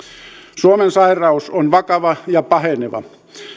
suomen sairaus on vakava ja paheneva